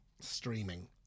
Streaming